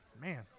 Man